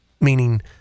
meaning